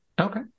Okay